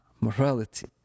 morality